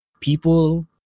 people